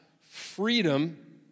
freedom